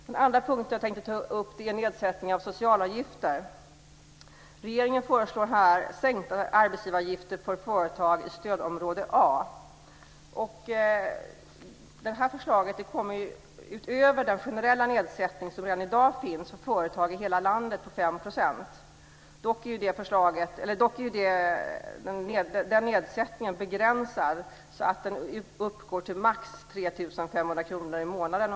Den andra punkten som jag tänkte ta upp gäller nedsättningen av socialavgifter. Regeringen föreslår sänkta arbetsgivaravgifter för företag i stödområde A. Det förslaget kommer utöver den generella nedsättning som redan i dag finns för företag i hela landet på 5 %. Dock är den nedsättningen begränsad, så att den uppgår till max ungefär 3 500 kr i månaden.